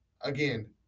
again